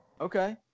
Okay